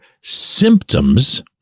symptoms